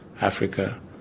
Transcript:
Africa